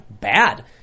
bad